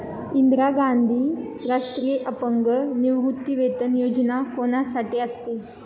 इंदिरा गांधी राष्ट्रीय अपंग निवृत्तीवेतन योजना कोणासाठी असते?